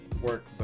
work